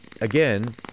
again